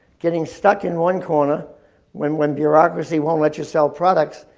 getting stuck in one corner when when bureaucracy won't let you sell products,